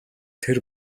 тэр